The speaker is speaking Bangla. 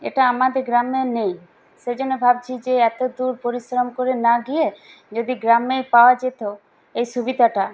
এটা আমাদের গ্রামে নেই সেইজন্য ভাবছি এতো দূর পরিশ্রম করে না গিয়ে যদি গ্রামে পাওয়া যেতো এই সুবিধাটা